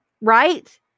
Right